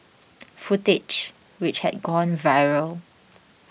footage which had gone viral